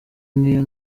niyo